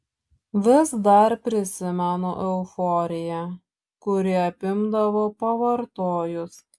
vis dar prisimenu euforiją kuri apimdavo pavartojus